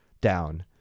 down